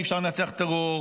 אי-אפשר לנצח טרור,